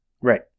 Right